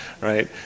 right